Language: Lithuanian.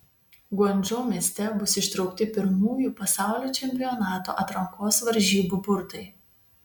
guangdžou mieste bus ištraukti pirmųjų pasaulio čempionato atrankos varžybų burtai